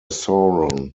sauron